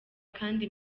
kandi